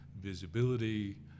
visibility